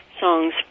Songs